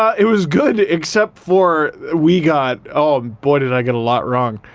it was good except for we got oh boy did i get a lot wrong.